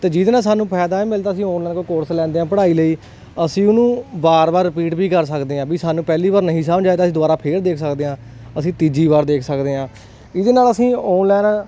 ਤੇ ਜਿਹਦੇ ਨਾਲ ਸਾਨੂੰ ਫਾਇਦਾ ਇਹ ਮਿਲਦਾ ਸੀ ਆਨਲਾਈਨ ਕੋਰਸ ਲੈਂਦੇ ਆ ਪੜਾਈ ਲਈ ਅਸੀਂ ਉਹਨੂੰ ਵਾਰ ਵਾਰ ਰਿਪੀਟ ਵੀ ਕਰ ਸਕਦੇ ਆਂ ਵੀ ਸਾਨੂੰ ਪਹਿਲੀ ਵਾਰ ਨਹੀਂ ਸਮਝ ਆਦਾ ਤਾਂ ਅਸੀਂ ਦੁਬਾਰਾ ਫੇਰ ਦੇਖ ਸਕਦੇ ਆਂ ਅਸੀਂ ਤੀਜੀ ਵਾਰ ਦੇਖ ਸਕਦੇ ਆਂ ਇਹਦੇ ਨਾਲ ਅਸੀਂ ਆਨਲਾਈਨ